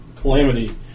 Calamity